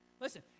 listen